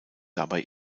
dabei